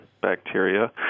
bacteria